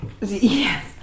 Yes